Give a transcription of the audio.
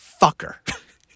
fucker